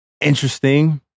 interesting